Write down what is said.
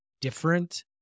different